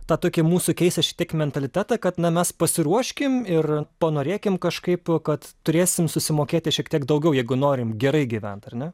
tą tokį mūsų keistą šiek tiek mentalitetą kad na mes pasiruoškim ir panorėkim kažkaip kad turėsim susimokėti šiek tiek daugiau jeigu norim gerai gyvent ar ne